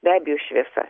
be abejo šviesa